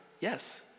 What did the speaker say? Yes